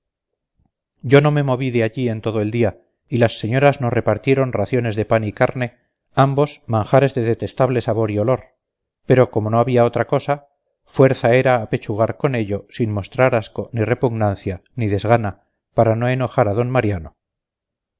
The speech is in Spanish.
yo no me moví de allí en todo el día y las señoras nos repartieron raciones de pan y carne ambos manjares de detestable sabor y olor pero como no había otra cosa fuerza era apechugar con ello sin mostrar asco ni repugnancia ni desgana para no enojar a d mariano